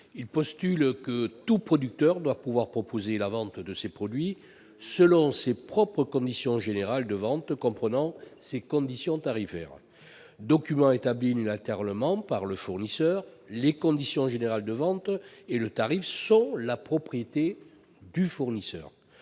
Il postule que tout producteur doit pouvoir proposer la vente de ses produits selon ses propres conditions générales de vente, les CGV, comprenant ses conditions tarifaires. Documents établis unilatéralement par le fournisseur, les conditions générales de vente et le tarif sont la propriété du fournisseur.